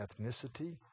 ethnicity